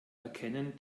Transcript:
erkennen